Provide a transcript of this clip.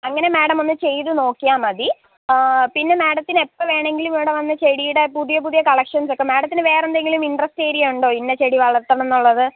അങ്ങനെ മാഡം ഒന്ന് ചെയ്ത് നോക്കിയാൽ മതി പിന്നെ മാഡത്തിന് എപ്പം വേണമെങ്കിലും ഇവിടെവന്ന് ചെടിയുടെ പുതിയ പുതിയ കളക്ഷന്സ്സ് ഒക്കെ മാഡത്തിന് വേറെ എന്തെങ്കിലും ഇന്ട്രെസ്റ്റ് ഏരിയ ഉണ്ടോ ഇന്ന ചെടി വളര്ത്തണം എന്നുള്ളത്